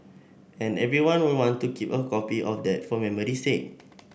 and everyone will want to keep a copy of that for memory's sake